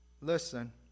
Listen